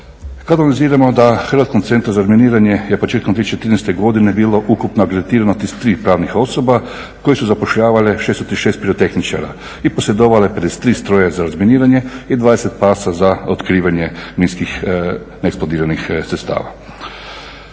Kada analiziramo da Hrvatski centar za razminiranje je početkom 2013.godine je bilo ukupno … 33 pravnih osoba koje su zapošljavale 636 pirotehničara i posjedovale 53 stroja za razminiranje i 20 pasa za otkrivanje minskih neeksplodiranih sredstava.